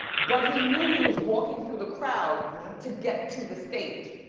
but he knew he was walking through the crowd to get to the stage.